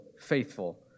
faithful